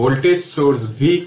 সুতরাং এই ইকুয়েশনটি v 1c idt